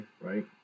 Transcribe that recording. right